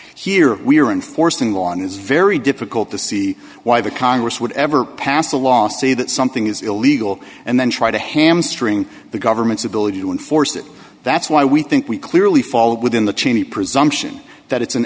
here we are enforcing law and it's very difficult to see why the congress would ever pass a law say that something is illegal and then try to hamstring the government's ability to enforce it that's why we think we clearly fall within the cheney presumption that it's an